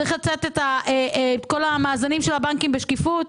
צריך לתת את כל המאזנים של הבנקים בשקיפות,